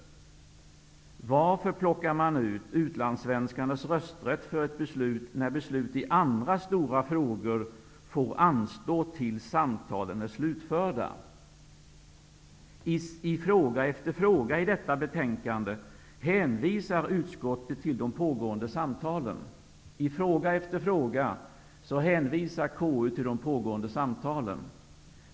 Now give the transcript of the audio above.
Varför plockar man ut utlandssvenskarnas rösträtt för ett beslut, när beslut i andra stora frågor får anstå tills dess att samtalen är slutförda? I fråga efter fråga i detta betänkande hänvisar KU till de pågående samtalen.